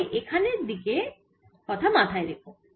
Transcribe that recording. তাই এখানে দিকের কথা মাথায় রেখো